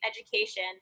education